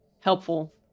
helpful